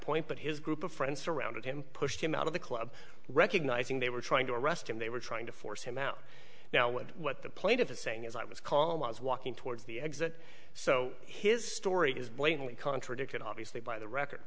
point but his group of friends surrounded him pushed him out of the club recognizing they were trying to arrest him they were trying to force him out now with what the plaintiff is saying is i was calm was walking towards the exit so his story is blatantly contradicted obviously by the record